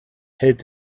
hält